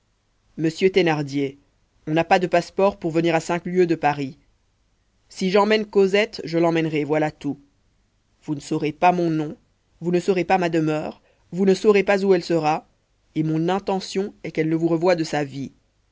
monsieur thénardier on n'a pas de passeport pour venir à cinq lieues de paris si j'emmène cosette je l'emmènerai voilà tout vous ne saurez pas mon nom vous ne saurez pas ma demeure vous ne saurez pas où elle sera et mon intention est qu'elle ne vous revoie de sa vie